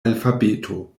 alfabeto